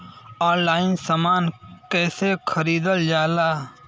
Online समान कैसे खरीदल जाला?